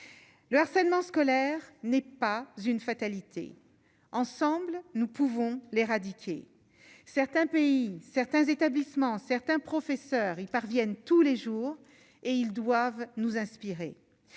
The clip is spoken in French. le harcèlement scolaire n'est pas une fatalité, ensemble, nous pouvons l'éradiquer certains pays certains établissements certains professeurs y parviennent tous les jours et ils doivent nous inspirer